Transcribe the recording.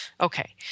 okay